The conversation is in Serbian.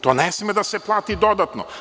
To ne sme da se plati dodatno.